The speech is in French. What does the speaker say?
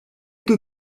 que